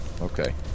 Okay